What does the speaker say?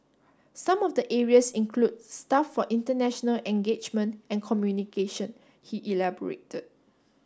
some of the areas include staff for international engagement and communication he elaborated